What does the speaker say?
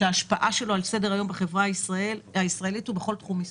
שההשפעה שלו על סדר היום בחברה הישראלית הוא בכל תחום עיסוק.